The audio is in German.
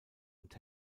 und